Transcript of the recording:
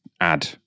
add